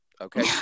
Okay